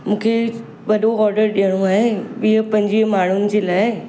मूंखे वॾो ऑडर ॾियणो आहे वीह पंजुवीह माण्हुनि जे लाइ